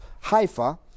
Haifa